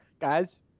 guys